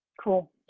Cool